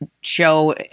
show